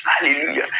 hallelujah